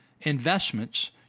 investments